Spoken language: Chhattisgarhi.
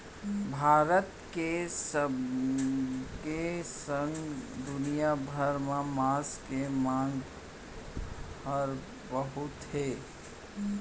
भारत के संगे संग दुनिया भर म मांस के मांग हर बहुत हे